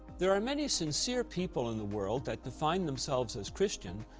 there are many sincere people in the world that define themselves as christian,